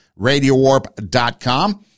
radiowarp.com